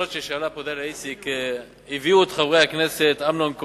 השאלות ששאלה פה דליה איציק הביאו את חברי הכנסת אמנון כהן,